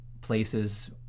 places